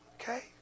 Okay